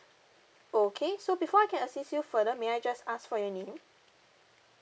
okay so before I can assist you further may I just ask for your name